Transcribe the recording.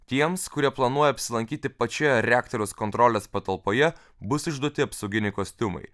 tiems kurie planuoja apsilankyti pačioje reaktoriaus kontrolės patalpoje bus išduoti apsauginiai kostiumai